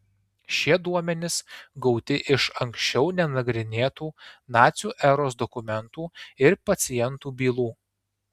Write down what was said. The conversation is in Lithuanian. šie duomenys gauti iš anksčiau nenagrinėtų nacių eros dokumentų ir pacientų bylų